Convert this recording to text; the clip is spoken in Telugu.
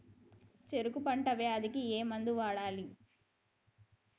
చెరుకు పంట వ్యాధి కి ఏ మందు వాడాలి?